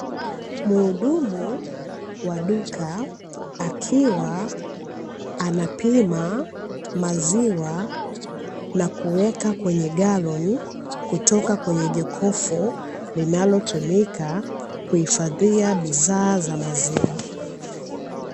Mhudumu wa duka akiwa anapima maziwa na kuweka kwenye galoni, kutoka kwenye jokofu linalotumika kuhifadhia bidhaa za maziwa.